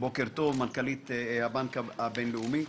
מנכ"לית הבנק הבינלאומי.